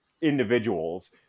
individuals